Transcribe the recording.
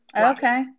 Okay